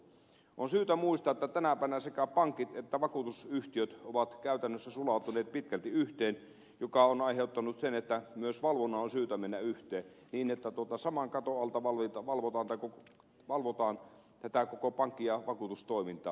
on syytä muistaa että tänä päivänä sekä pankit että vakuutusyhtiöt ovat käytännössä sulautuneet pitkälti yhteen joka on aiheuttanut sen että myös valvonnan on syytä mennä yhteen niin että saman katon alta valvotaan tätä koko pankki ja vakuutustoimintaa